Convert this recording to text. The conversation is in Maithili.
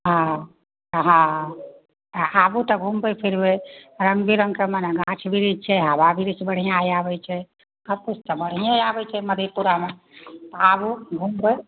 हँ हँ आबू तऽ घूमबै फिरबै रङ्ग बिरङ्गके मने गाछ बृक्ष छै हबा बृक्ष बढ़िआँ आबै छै सब किछु तऽ बढ़िएँ आबै छै मधेपुरामे आबू घूमबै